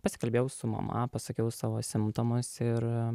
pasikalbėjau su mama pasakiau savo simptomus ir